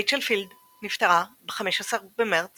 רייצ'ל פילד נפטרה ב-15 במרץ